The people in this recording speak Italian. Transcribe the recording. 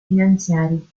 finanziari